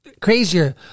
crazier